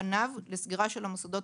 פניו לסגירה של המוסדות,